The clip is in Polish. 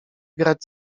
grać